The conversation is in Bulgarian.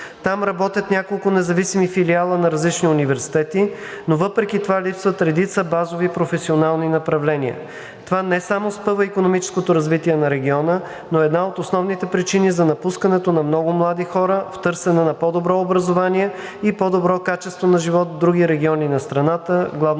Там работят няколко независими филиала на различни университети, но въпреки това липсват редица базови и професионални направления. Това не само спъва икономическото развитие на региона, но е една от основните причини за напускането на много млади хора в търсене на по-добро образование и по-добро качество на живот в други региони на страната – главно в София,